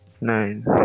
Nine